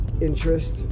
interest